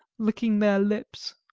licking their lips.